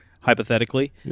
hypothetically